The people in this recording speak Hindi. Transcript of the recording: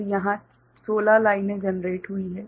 तो यहाँ 16 लाइनें जनरेट हुई हैं